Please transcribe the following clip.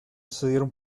sucedieron